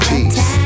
Peace